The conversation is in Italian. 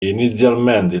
inizialmente